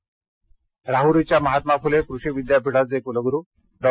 अहमदनगर राहरीच्या महात्मा फुले कृषी विद्यापीठाचे कुलगुरु डॉ